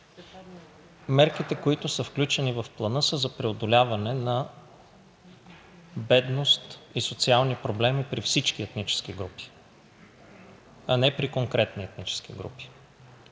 мерките, които са включени в Плана, са за преодоляване на бедност и социални проблеми при всички етнически групи, а не при конкретни етнически групи.